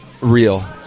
Real